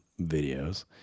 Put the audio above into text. videos